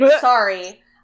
sorry